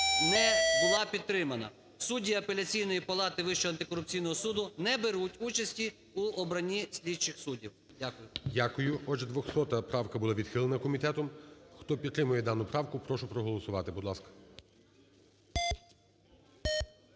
не була підтримана. Судді Апеляційної палати Вищого антикорупційного суду не беруть участі у обранні слідчих суддів". Дякую. ГОЛОВУЮЧИЙ. Отже, 200 правка була відхилена комітетом. Хто підтримує дану правку, прошу проголосувати, будь ласка.